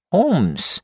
Holmes